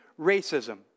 racism